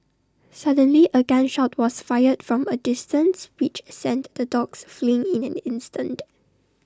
suddenly A gun shot was fired from A distance which sent the dogs fleeing in an instant